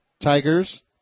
Tigers